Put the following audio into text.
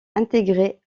intégrée